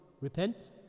repent